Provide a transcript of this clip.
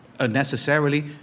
unnecessarily